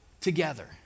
together